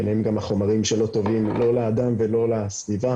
ביניהם גם החומרים שלא טובים לא לאדם ולא לסביבה.